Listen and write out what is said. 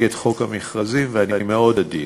נגד חוק חובת המכרזים, ואני מאוד עדין.